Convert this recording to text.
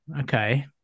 okay